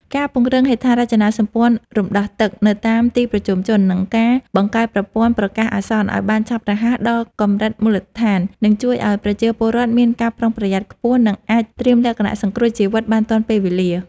ការពង្រឹងហេដ្ឋារចនាសម្ព័ន្ធរំដោះទឹកនៅតាមទីប្រជុំជន និងការបង្កើតប្រព័ន្ធប្រកាសអាសន្នឱ្យបានឆាប់រហ័សដល់កម្រិតមូលដ្ឋាន នឹងជួយឱ្យប្រជាពលរដ្ឋមានការប្រុងប្រយ័ត្នខ្ពស់ និងអាចត្រៀមលក្ខណៈសង្គ្រោះជីវិតបានទាន់ពេលវេលា។